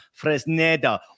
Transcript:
Fresneda